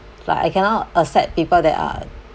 like I cannot accept people that are